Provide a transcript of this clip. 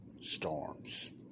storms